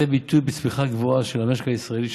ביטוי בצמיחה גבוהה של המשק הישראלי,